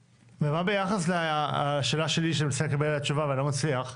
ומה ביחס לשאלה שלי שאני מנסה לקבל עליה תשובה ואני לא מצליח?